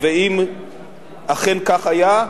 אוקיי.